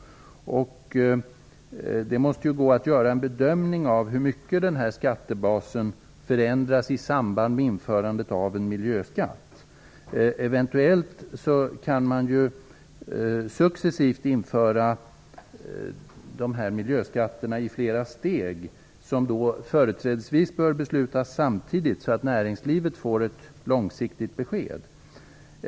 Det måste gå att göra en bedömning av hur mycket den här skattebasen förändras i samband med införandet av en miljöskatt. Eventuellt kan man införa miljöskatterna successivt, i flera steg, som företrädesvis bör beslutas samtidigt, så att näringslivet får ett långsiktigt besked.